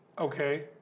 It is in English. okay